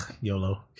yolo